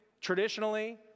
traditionally